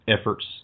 efforts